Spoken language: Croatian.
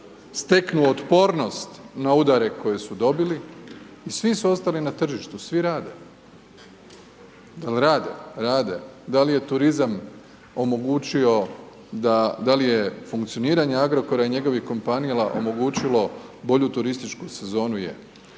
steknu otpornost na udare koje su dobili i svi su ostali na tržištu, svi rade. Dal rade? Rade. Da li je turizam omogućio, da li je funkcioniranje Agrokora i njegovih kompanija omogućilo bolju turističku sezonu, je.